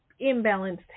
imbalanced